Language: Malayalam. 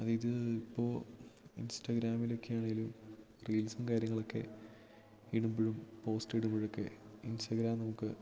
അത് ഇത് ഇപ്പോൾ ഇൻസ്റ്റാഗ്രാമിലൊക്കെ ആണെങ്കിലും റീൽസും കാര്യങ്ങളൊക്കെ ഇടുമ്പോഴും പോസ്റ്റ് ഇടുമ്പോഴൊക്കെ ഇൻസ്റ്റാഗ്രാം നമുക്ക്